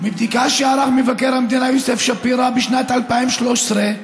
מבדיקה שערך מבקר המדינה, יוסף שפירא, בשנת 2013,